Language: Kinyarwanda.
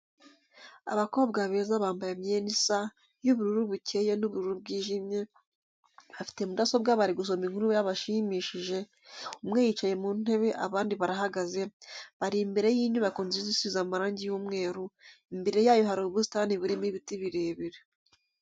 Abakobwa beza bambaye imyenda isa y'ubururu bukeye n'ubururu bwijimye, bafite mudasobwa bari gusoma inkuru yabashimishije, umwe yicaye mu ntebe abandi barahagaze, bari imbere y'inybako nziza isize amarangi y'umweru, imbere yayo hari ubusitani burimo ibiti birebire.